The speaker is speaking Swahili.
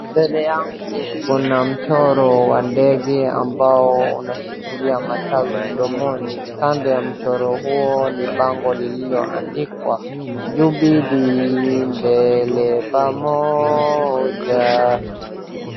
Mbele yangu kuna mchoro wa ndege ambao unashikilia matawi mdomoni, kando ya mchoro huo ni bango lililoandikwa Jubilee mbele pamoja.